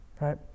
Right